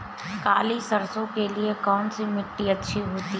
काली सरसो के लिए कौन सी मिट्टी अच्छी होती है?